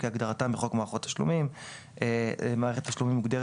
כהגדרתם בחוק מערכות תשלומים; מערכת תשלומים מוגדרת,